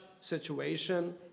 situation